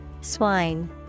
Swine